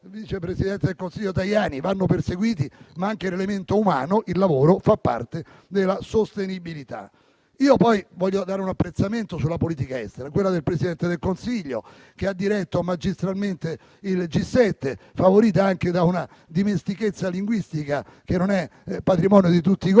vice presidente del Consiglio Tajani - vanno perseguiti, ma anche l'elemento umano e il lavoro fanno parte della sostenibilità. Voglio fare anche un apprezzamento sulla politica estera, quella del Presidente del Consiglio che ha diretto magistralmente il G7, favorita anche da una dimestichezza linguistica che non è patrimonio di tutti i Governi